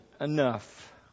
enough